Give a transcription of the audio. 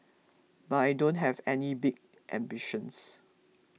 but I don't have any big ambitions